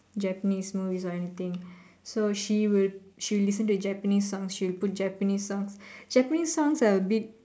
Japanese movies or anything so she would she will listen to Japanese songs she'll put Japanese songs Japanese songs are abit